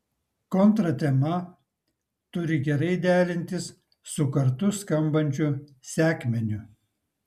kontratema turi gerai derintis su kartu skambančiu sekmeniu